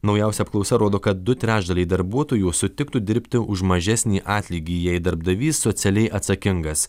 naujausia apklausa rodo kad du trečdaliai darbuotojų sutiktų dirbti už mažesnį atlygį jei darbdavys socialiai atsakingas